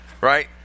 Right